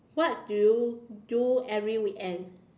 what do you do every weekend